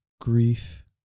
grief